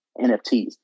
NFTs